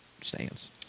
stands